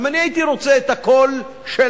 גם אני הייתי רוצה את הכול שלנו.